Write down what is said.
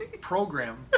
Program